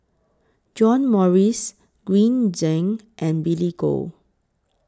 John Morrice Green Zeng and Billy Koh